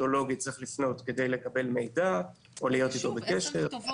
לו מידע באיך הוא מטפל.